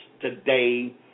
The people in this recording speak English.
today